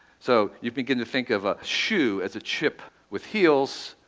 so you begin to think of a shoe as a chip with heels,